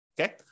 Okay